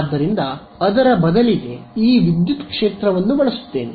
ಆದ್ದರಿಂದ ಅದರ ಬದಲಿಗೆ ಈ ವಿದ್ಯುತ್ ಕ್ಷೇತ್ರವನ್ನು ಬಳಸುತ್ತೇನೆ